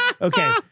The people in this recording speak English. Okay